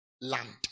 land